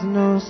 no